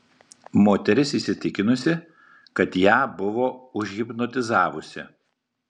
moteris įsitikinusi kad ją buvo užhipnotizavusi